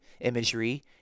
imagery